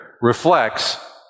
reflects